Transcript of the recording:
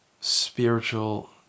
spiritual